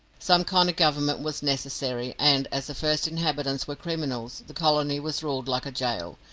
some kind of government was necessary, and, as the first inhabitants were criminals, the colony was ruled like a gaol,